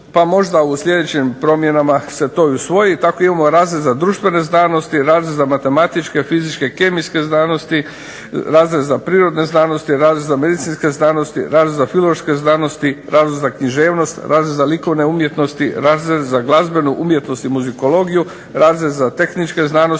pa možda u sljedećim promjenama se to usvoji, tako imamo razred za društvene znanosti, razred za matematičke, fizičke, kemijske znanosti, razred za prirodne znanosti, razred za medicinske znanosti, razred za filozofske znanosti, razred za književnost, razred za likovne umjetnosti, razred za glazbenu umjetnost i muzikologiju, razred za tehničke znanosti,